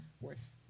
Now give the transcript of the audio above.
worth